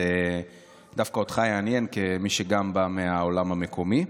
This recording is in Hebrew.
זה דווקא אותך יעניין, גם כמי שבא מהעולם המקומי.